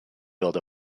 build